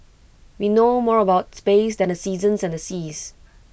we know more about space than the seasons and seas